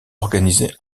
organisés